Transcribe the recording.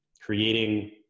creating